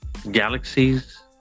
galaxies